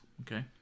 Okay